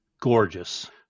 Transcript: gorgeous